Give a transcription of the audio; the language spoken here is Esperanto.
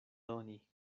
doni